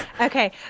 Okay